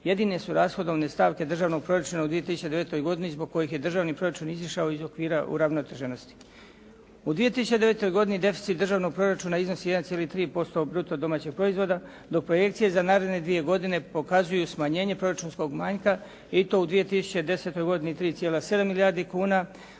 jedine su rashodovne stavke Državnog proračun u 2009. godini zbog kojih je državni proračun izišao iz okvira uravnoteženosti. U 2009. godini deficit državnog proračuna iznosi 1,3% bruto domaćeg proizvoda dok projekcije za naredne dvije godine pokazuju smanjenje proračunskog manjka i to u 2010. godini 3,7 milijardi kuna